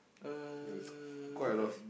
uh what else